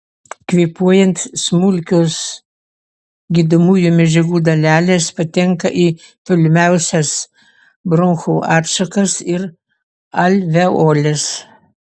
kvėpuojant smulkios gydomųjų medžiagų dalelės patenka į tolimiausias bronchų atšakas ir alveoles